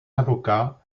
avocat